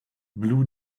blue